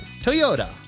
Toyota